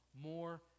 more